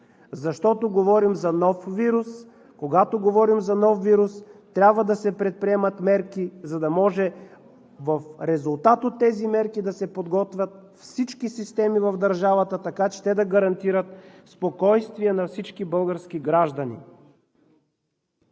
Защото говорим за нов вирус. Когато говорим за нов вирус, трябва да се предприемат мерки, за да може в резултат от тези мерки да се подготвят всички системи в държавата, така че те да гарантират спокойствие на всички български граждани.